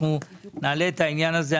אנחנו נעלה את העניין הזה.